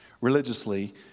religiously